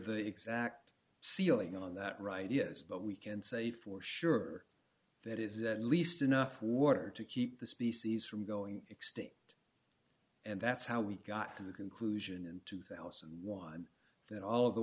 the exact ceiling on that right yes but we can say for sure that is at least enough water to keep the species from going extinct and that's how we got to the conclusion in two thousand and one that all of the